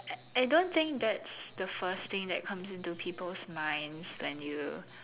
I I don't think that's the first thing that comes into people's minds when you